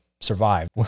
survive